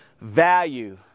value